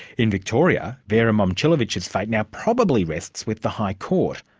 in victoria, vera momcilovic's fate now probably rests with the high court,